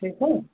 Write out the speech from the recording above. ठीक है